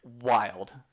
Wild